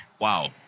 Wow